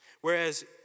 Whereas